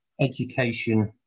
education